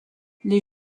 les